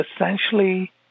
essentially